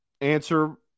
answer –